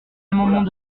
amendement